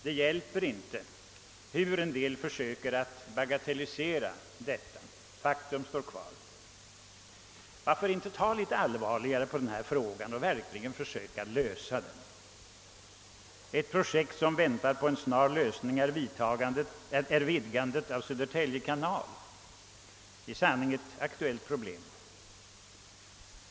Det hjälper inte hur man på en del håll försöker bagatellisera problemet; faktum står kvar. Varför inte ta litet allvarligare på denna fråga och verkligen försöka lösa den? Ett projekt som pockar på snar lösning är vidgandet av Södertälje kanal — i sanning ett aktuellt problem.